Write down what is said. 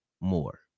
more